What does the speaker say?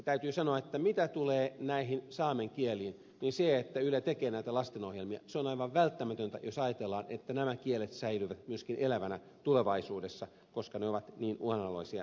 täytyy sanoa että mitä tulee näihin saamen kieliin niin se että yle tekee näitä lastenohjelmia on aivan välttämätöntä jos ajatellaan että nämä kielet säilyvät myöskin elävinä tulevaisuudessa koska ne ovat niin uhanalaisia tänä päivänä